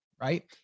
right